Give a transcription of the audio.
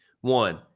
One